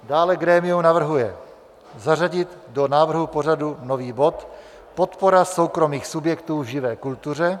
Dále grémium navrhuje zařadit do návrhu pořadu nový bod podpora soukromých subjektů v živé kultuře.